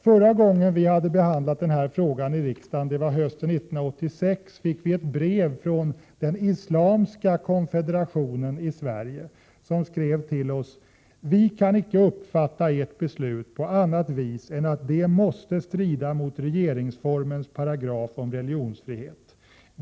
Förra gången vi hade behandlat denna fråga i riksdagen, hösten 1986, fick vi ett brev från Islamiska konfederationen i Sverige, som skrev: ”Vi kan icke uppfatta Ert beslut på annat vis än att det måste strida mot regeringsreformens paragraf om religionsfrihet.